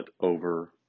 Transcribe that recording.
over